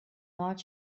not